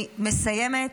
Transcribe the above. אני מסיימת,